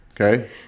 Okay